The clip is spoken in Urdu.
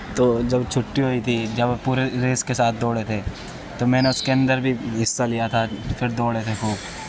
تو جب چھٹی ہوئی تھی جب پورے ریس کے ساتھ دوڑے تھے تو میں نے اس کے اندر بھی حصہ لیا تھا پھر دوڑے تھے خوب